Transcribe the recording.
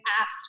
asked